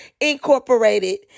Incorporated